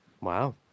Wow